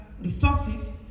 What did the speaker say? resources